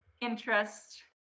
interest